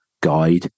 guide